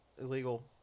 illegal